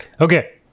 okay